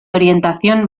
orientación